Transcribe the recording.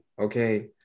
Okay